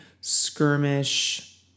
skirmish